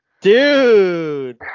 dude